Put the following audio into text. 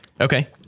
Okay